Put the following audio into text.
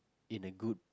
in a good